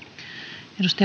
arvoisa